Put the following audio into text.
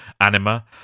Anima